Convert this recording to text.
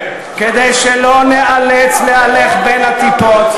כדי שלא ניאלץ להלך בין הטיפות,